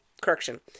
correction